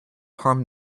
harm